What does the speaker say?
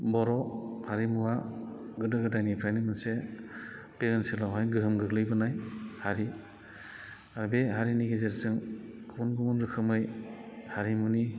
बर' हारिमुआ गोदो गोदायनिफ्रायनो मोनसे बे ओनसोलावहाय गोहोम गोग्लैबोनाय हारि आरो बे हारिनि गेजेरजों गुबुन गुबुन रोखोमै हारिमुनि